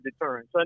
deterrence